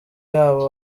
yabo